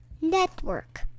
Network